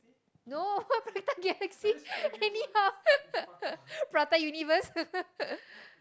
no not prata-galaxy anyhow Prata-universe